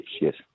yes